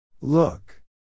Look